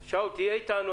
שאול, תהיה איתנו.